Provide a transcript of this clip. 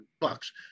bucks